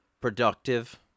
productive